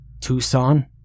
Tucson